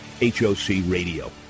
HOCRadio